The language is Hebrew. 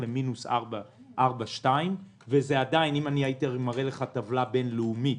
ל- 4.2%-. ועדיין אם הייתי מראה לך טבלה בינלאומית